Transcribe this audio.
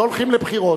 לא הולכים לבחירות,